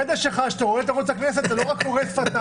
אני מקווה שבחדר שלך כשאתה רואה את ערוץ הכנסת אתה לא רק קורא שפתיים,